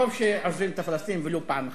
טוב שעוזבים את הפלסטינים, ולו פעם אחת.